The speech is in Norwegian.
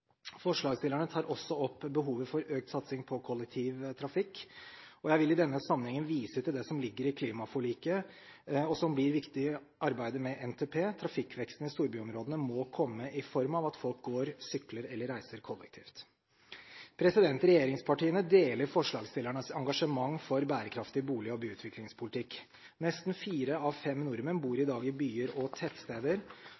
Forslagsstillerne tar også opp behovet for økt satsing på kollektivtrafikk. Jeg vil i denne sammenhengen vise til det som ligger i klimaforliket, og som blir viktig i arbeidet med NTP: Trafikkveksten i storbyområdene må komme i form av at folk går, sykler eller reiser kollektivt. Regjeringspartiene deler forslagsstillernes engasjement for bærekraftig bolig- og byutviklingspolitikk. Nesten fire av fem nordmenn bor